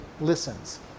listens